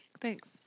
Thanks